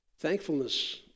Thankfulness